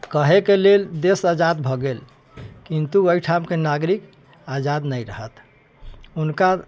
कहै के लेल देश आजाद भऽ गेल किन्तु एहिठाम के नागरिक आजाद नहि रहल उनकर